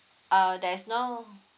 uh there's no